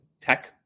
tech